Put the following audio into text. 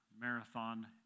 marathon